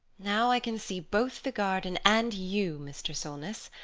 now i can see both the garden and you, mr. solness.